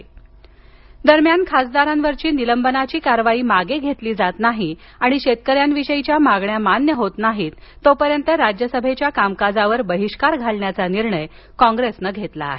बहिष्कार दरम्यान खासदारांवरील निलंबनाची कारवाई मागे घेतली जात नाही आणि शेतकऱ्यांविषयीच्या मागण्या मान्य होत नाहीत तोपर्यंत राज्यसभेच्या कामकाजावर बहिष्कार घालण्याचा निर्णय कॉंग्रेसनं घेतला आहे